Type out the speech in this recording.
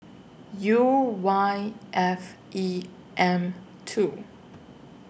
U Y F E M two